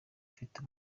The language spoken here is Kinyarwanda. afite